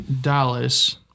Dallas